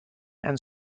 and